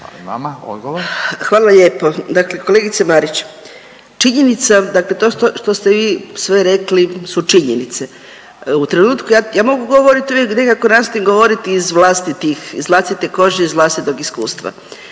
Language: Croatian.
Hvala lijepo. Dakle kolegice Marić, činjenica dakle to što ste vi sve rekli su činjenice. U trenutku, ja mogu govorit uvijek nekako nastojim govoriti iz vlastitih, iz vlastite kože, iz vlastitog iskustva.